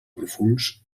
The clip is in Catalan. profunds